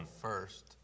first